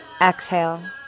exhale